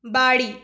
বাড়ি